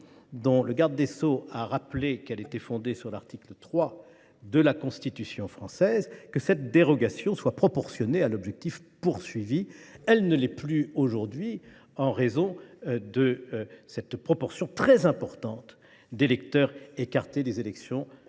– le garde des sceaux a rappelé qu’elle était fondée sur l’article 3 de la Constitution française – doit être proportionnée à l’objectif poursuivi. Elle ne l’est plus aujourd’hui, en raison de cette proportion très importante d’électeurs écartés des élections provinciales.